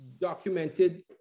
documented